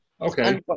Okay